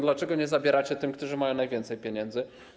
Dlaczego nie zabieracie tym, którzy mają najwięcej pieniędzy?